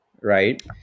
right